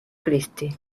christie